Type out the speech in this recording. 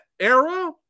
era